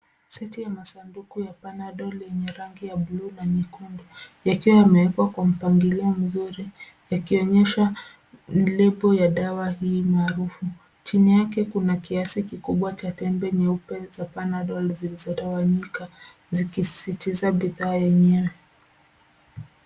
Seti ya maandishi ya Panadol yenye rangi ya buluu na nyekundu yakiwa yamewekwakwa mpangilio mzuri yakionyesha lebo ya dawa hii maarufu. Chini yake kuna kiasi kikubwa cha tembe nyeupe za Panadol zilizotawanyika zikisisitiza bidhaa yenyewe.